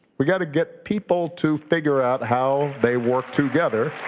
we gotta get people to figure out how they work together